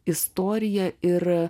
istoriją ir